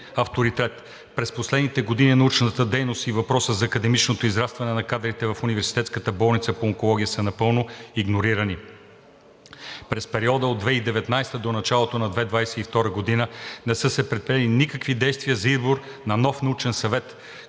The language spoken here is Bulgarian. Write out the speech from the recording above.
авторитет. През последните години научната дейност и въпросът за академичното израстване на кадрите в Университетската болница по онкология са напълно игнорирани. През периода от 2019 г. до началото на 2022 г. не са предприети действия за избор на нов Научен съвет,